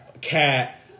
Cat